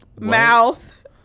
mouth